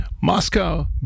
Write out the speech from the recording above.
Moscow